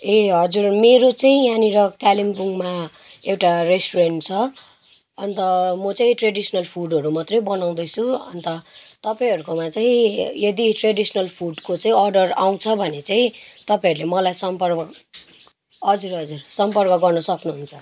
ए हजुर मेरो चाहिँ यहाँनिर कालिम्पोङमा एउटा रेस्टुरेन्ट छ अन्त म चाहिँ ट्रेडिसनल फुडहरू मात्रै बनाउँदैछु अन्त तपाईँहरकोमा चाहिँ यदि ट्रेडिसनल फुडको चाहिँ अर्डर आउँछ भने चाहिँ तपाईँहरूले मलाई सम्पर्क हजुर हजुर सम्पर्क गर्न सक्नुहुन्छ